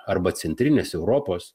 arba centrinės europos